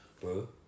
bro